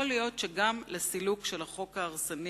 יכול להיות שגם לסילוק של החוק ההרסני